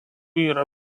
yra